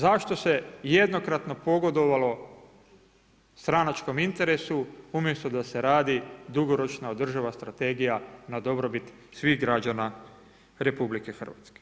Zašto se jednokratno pogodovalo stranačkom interesu umjesto da se radi dugoročna održiva strategija na dobrobit svih građana RH?